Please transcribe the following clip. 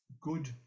good